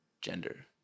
gender